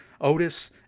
Otis